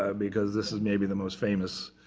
ah because this is maybe the most famous